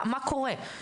מה קורה.